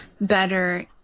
better